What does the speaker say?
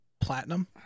platinum